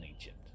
Egypt